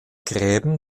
gräben